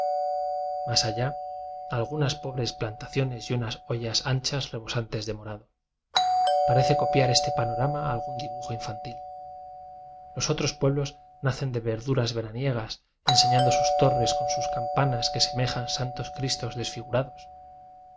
mas allá algu nas pobres plantaciones y unas hoyas an chas rebosantes de morado parece copiar este panorama algún dibujo infantil los otros pueblos nacen de verduras veranie gas enseñando sus torres con sus campa nas que semejan santos cristos desfigu